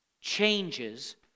changes